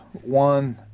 One